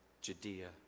Judea